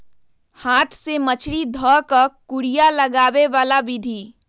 हाथ से मछरी ध कऽ कुरिया लगाबे बला विधि